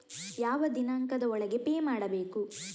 ಯಾವ ದಿನಾಂಕದ ಒಳಗೆ ಪೇ ಮಾಡಬೇಕು?